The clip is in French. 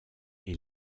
est